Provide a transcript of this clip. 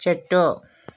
చెట్టు